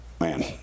man